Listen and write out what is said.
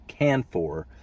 Canfor